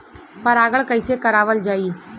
परागण कइसे करावल जाई?